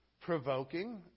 provoking